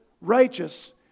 righteous